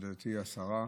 מכובדתי השרה,